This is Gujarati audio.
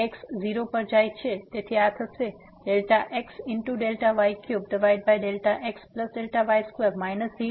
તેથી આ થશે ΔxΔy3ΔxΔy2 0x